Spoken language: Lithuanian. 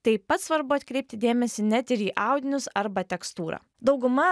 taip pat svarbu atkreipti dėmesį net ir į audinius arba tekstūrą dauguma